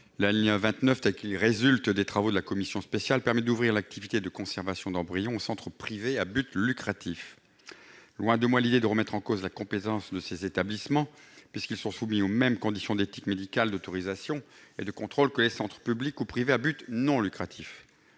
l'article 1, tel qu'il découle des travaux de la commission spéciale, permet d'ouvrir l'activité de conservation d'embryons aux centres privés à but lucratif. Loin de moi l'idée de remettre en cause la compétence de ces établissements, qui sont soumis aux mêmes conditions d'éthique médicale, d'autorisation et de contrôle que les centres publics ou privés à but non lucratif.